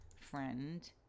friend